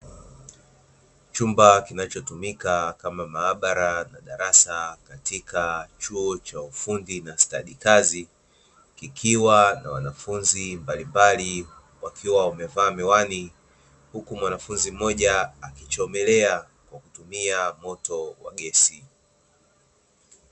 Chumba kinachotumika kama maabara na darasa katika chuo cha ufundi na stadikazi, kikiwa na wanafunzi mbalimbali wakiwa wamevaa miwani, huku mwanafunzi mmoja akichomelea kwa kutumia moto wa gesi.